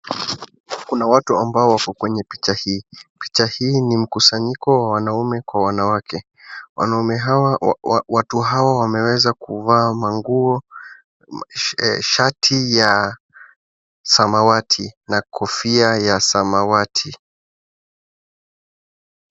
Kuna watu ambao wako kwenye picha hii. Picha hii ni mkusanyiko wa wanaume kwa wanawake. Watu hao wameweza kuvaa manguo, shati ya samawati na kofia ya samawati.